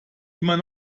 immer